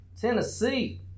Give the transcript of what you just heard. Tennessee